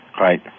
Right